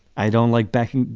i don't like backing.